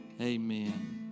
Amen